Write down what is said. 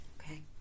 Okay